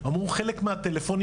אמרו חלק מהטלפונים,